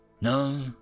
No